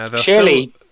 surely